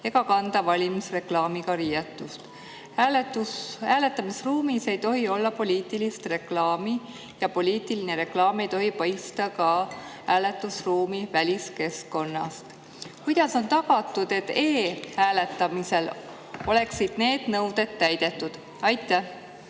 ega kanda valimisreklaamiga riietust. Hääletamisruumis ei tohi olla poliitilist reklaami ja poliitiline reklaam ei tohi paista hääletamisruumi ka väliskeskkonnast. Kuidas on tagatud, et e‑hääletamisel oleksid need nõuded täidetud? Aitäh,